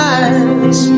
eyes